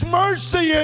mercy